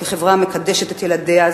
כחברה המקדשת את ילדיה,